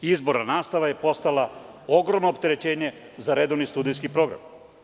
Izborna nastava je postala ogromno opterećenje za redovni studentski program.